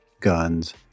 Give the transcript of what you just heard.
Guns